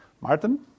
Martin